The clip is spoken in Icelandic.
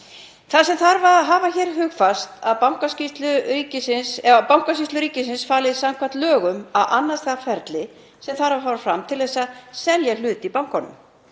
Það sem þarf að hafa hugfast er að Bankasýslu ríkisins er falið samkvæmt lögum að annast það ferli sem þarf að fara fram til að selja hlut í bankanum